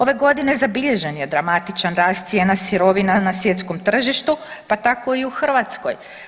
Ove godine zabilježen je dramatičan rast cijena sirovina na svjetskom tržištu, pa tako i u Hrvatskoj.